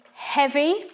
heavy